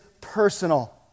personal